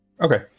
Okay